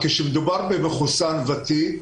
כשמדובר במחוסן ותיק,